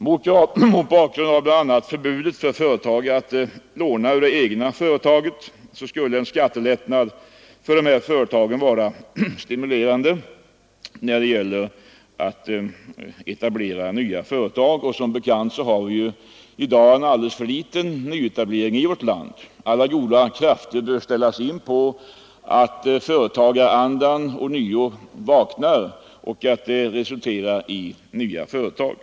Mot bakgrund av bl.a. förbudet för företagare att låna ur det egna företaget skulle en skattelättnad för dessa företag verka stimulerande när det gäller att etablera nya företag. Som bekant har vi i dag en alldeles för liten nyetablering i vårt land. Alla goda krafter bör inriktas på att företagarandan stimuleras och att det resulterar i nya företag.